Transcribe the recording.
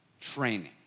training